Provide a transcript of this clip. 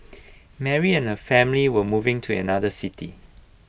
Mary and her family were moving to another city